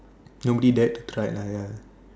nobody dared to tried lah ya